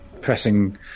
pressing